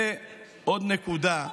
ועוד נקודה,